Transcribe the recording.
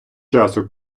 часу